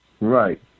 Right